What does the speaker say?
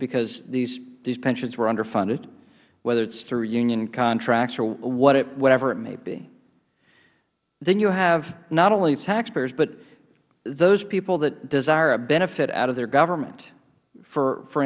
because these pensions were underfunded whether it is through union contracts or whatever it may be then you have not only the taxpayers but those people that desire a benefit out of their government for